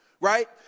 right